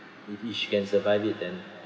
maybe she can survive it then